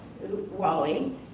Wally